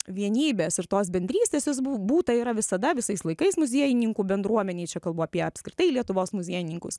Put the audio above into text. vienybės ir tos bendrystės jo bu būta yra visada visais laikais muziejininkų bendruomenėj čia kalbu apie apskritai lietuvos muziejininkus